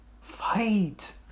Fight